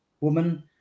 woman